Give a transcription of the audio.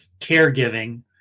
caregiving